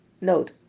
Note